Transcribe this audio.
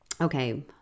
okay